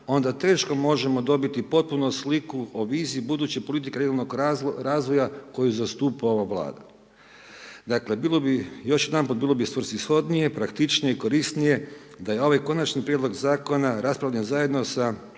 onda teško možemo dobiti potpuno sliku o viziji buduće politike regionalnog razvoja koju zastupa ova Vlada. Dakle, bilo bi još, jedanput bilo bi svrsishodnije, praktičnije, korisnije, da je ovaj Konačni prijedlog Zakona raspravljen zajedno sa